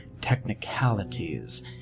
technicalities